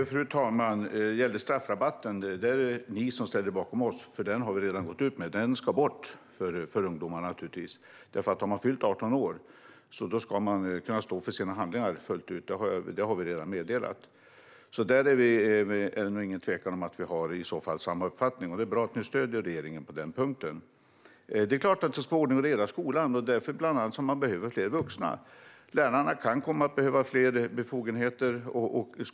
Fru talman! När det gäller straffrabatten för ungdomar är det ni som ställer er bakom oss. Vi har redan gått ut med att den ska bort. Har man fyllt 18 år ska man kunna stå för sina handlingar fullt ut. Det har vi redan meddelat. Där råder det ingen tvekan om att vi har samma uppfattning. Det är bra att ni stöder regeringen på den punkten. Det är klart att det ska vara ordning och reda i skolan. Det är bland annat därför det behövs fler vuxna. Lärare och skolledare kan komma att behöva fler befogenheter.